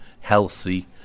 healthy